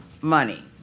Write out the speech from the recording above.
money